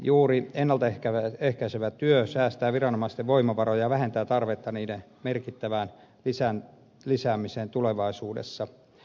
juuri ennalta ehkäisevä työ säästää viranomaisten voimavaroja ja vähentää tarvetta niiden merkittävään lisäämiseen tulevaisuudessa